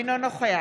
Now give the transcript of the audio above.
אינו נוכח